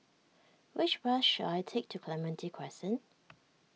which bus should I take to Clementi Crescent